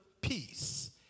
peace